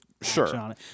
Sure